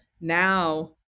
Now